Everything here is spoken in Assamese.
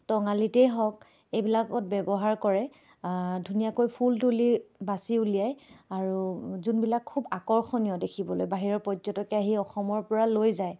টঙালিতেই হওক এইবিলাকত ব্যৱহাৰ কৰে ধুনীয়াকৈ ফুল তুলি বাচি উলিয়ায় আৰু যোনবিলাক খুব আকৰ্ষণীয় দেখিবলৈ বাহিৰৰ পৰ্যটকে আহি অসমৰ পৰা লৈ যায়